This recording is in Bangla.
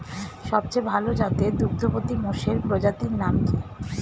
সবচেয়ে ভাল জাতের দুগ্ধবতী মোষের প্রজাতির নাম কি?